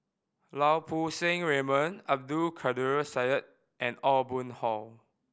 Lau Poo Seng Raymond Abdul Kadir Syed and Aw Boon Haw